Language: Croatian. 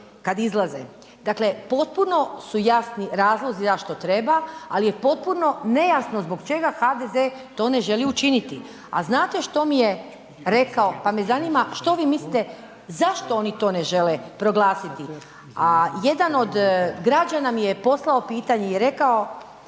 kada izlaze. Dakle, potpuno su jasni razlozi zašto treba. Ali je potpuno nejasno zbog čega HDZ-e to ne želi učiniti. A znate što mi je rekao, pa me zanima što vi mislite zašto oni to ne žele proglasiti? A jedan od građana mi je poslao pitanje i rekao: